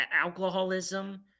alcoholism